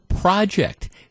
project